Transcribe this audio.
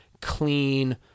clean